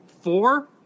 four